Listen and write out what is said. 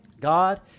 God